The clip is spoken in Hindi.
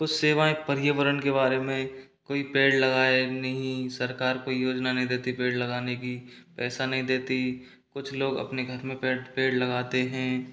कुछ सेवाएं पर्यावरण के बारे में कोई पेड़ लगाए नहीं सरकार कोई योजना नहीं देती पेड़ लगाने की पैसा नहीं देती कुछ लोग अपने घर में पेट पेड़ लगाते हैं